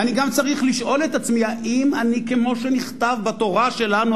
ואני גם צריך לשאול את עצמי: האם אני נוהג כמו שנכתב בתורה שלנו?